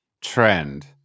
trend